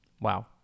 Wow